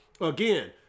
again